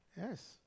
Yes